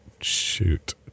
shoot